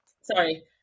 Sorry